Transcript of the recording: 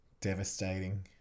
Devastating